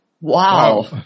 Wow